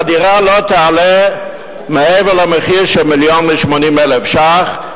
שהדירה לא תעלה מעבר למחיר של מיליון ו-80,000 ש"ח,